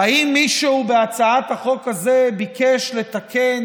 האם מישהו בהצעת החוק הזו ביקש לתקן